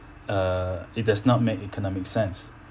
uh it does not make economic sense